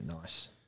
nice